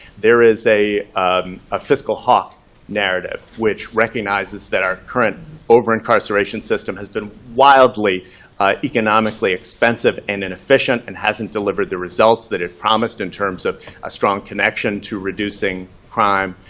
there is a a fiscal hawk narrative, which recognizes that our current over-incarceration system has been wildly economically expensive and inefficient, and hasn't delivered the results that it promised in terms of a strong connection to reducing crime.